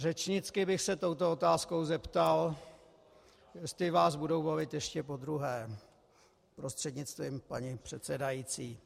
Řečnicky bych se touto otázkou zeptal, jestli vás budou volit ještě podruhé, prostřednictvím paní předsedající.